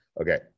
okay